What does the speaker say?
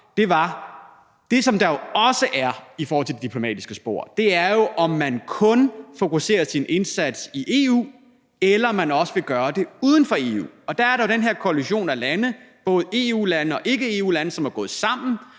om, at det, som der jo også er i forhold til det diplomatiske spor, er, om man kun fokuserer sin indsats i EU, eller om man også vil gøre det uden for EU. Og der er der jo den her koalition af lande, både EU-lande og ikke-EU-lande, som er gået sammen